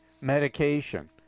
medication